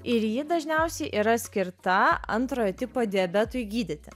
ir ji dažniausiai yra skirta antrojo tipo diabetui gydyti